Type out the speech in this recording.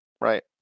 Right